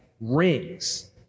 rings